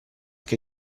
che